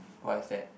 what's that